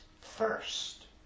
first